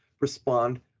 respond